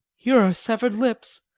here are sever'd lips,